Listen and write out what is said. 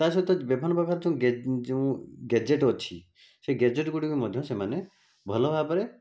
ତା'ସହିତ ବିଭିନ୍ନ ପ୍ରକାର ଯେଉଁ ଯେଉଁ ଗ୍ୟାଜେଟ୍ ଅଛି ସେଇ ଗ୍ୟାଜେଟ୍ ଗୁଡ଼ିକୁ ମଧ୍ୟ ସେମାନେ ଭଲ ଭାବରେ